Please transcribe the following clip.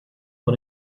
vor